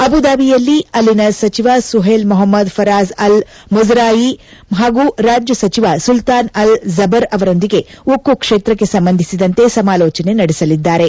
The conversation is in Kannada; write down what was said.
ಅಬುಧಾಬಿಯಲ್ಲಿ ಇಂದು ಅಲ್ಲಿನ ಸಚಿವ Suhail Mohammed Faraj Al Mazrouei ಹಾಗೂ ರಾಜ್ಯ ಸಚಿವ ಸುಲ್ತಾನ್ ಅಲ್ ಜಬರ್ ಅವರೊಂದಿಗೆ ಉಕ್ಕು ಕ್ಷೇತ್ರಕ್ಕೆ ಸಂಬಂಧಿಸಿದಂತೆ ಸಮಾಲೋಚನೆ ನಡೆಸಲಿದ್ದಾರೆ